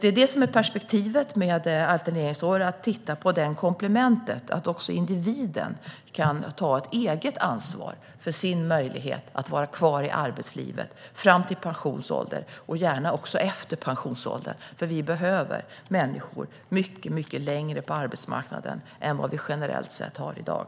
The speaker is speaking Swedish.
Det är det som är perspektivet med alterneringsår: att titta på komplementet att också individen kan ta ansvar för sin möjlighet att vara kvar i arbetslivet fram till pensionsålder - och gärna också efter pensionsålder, för vi behöver att människor stannar mycket längre på arbetsmarknaden än de generellt sett gör i dag.